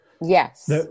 Yes